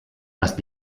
must